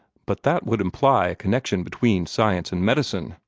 but that would imply a connection between science and medicine!